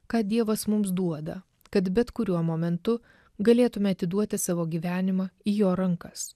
ką dievas mums duoda kad bet kuriuo momentu galėtume atiduoti savo gyvenimą į jo rankas